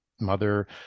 mother